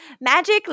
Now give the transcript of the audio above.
Magic